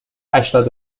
هشتاد